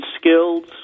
skills